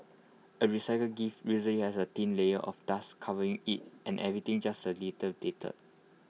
A recycled gift usually has A thin layer of dust covering IT and everything just A little data